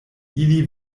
ili